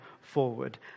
forward